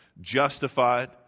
justified